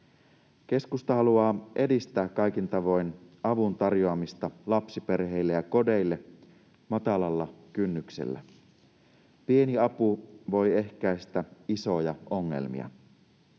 Keskusta haluaa edistää kaikin tavoin avun tarjoamista lapsiperheille ja kodeille matalalla kynnyksellä. Pieni apu voi ehkäistä isoja ongelmia.